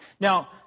Now